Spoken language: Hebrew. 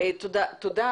אדם צריך להסתכל על הסביבה,